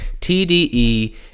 TDE